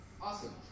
awesome